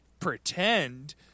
pretend